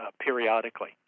periodically